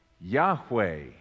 Yahweh